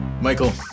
Michael